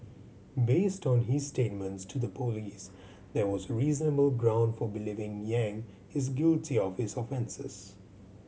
based on his statements to the police there was reasonable ground for believing Yang is guilty of his offences